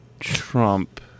Trump